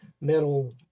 metal